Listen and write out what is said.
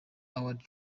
award